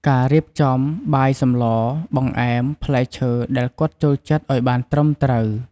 ការរៀបចំ បាយសម្លរ បង្អែម ផ្លែឈើដែលគាត់ចូលចិត្តអោយបានត្រឹមត្រូវ។